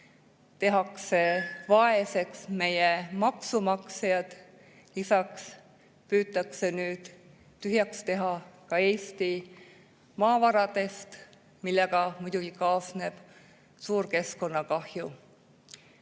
tehakse vaeseks meie maksumaksjad, püütakse nüüd Eesti tühjaks teha ka maavaradest, millega muidugi kaasneb suur keskkonnakahju.